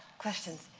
questions?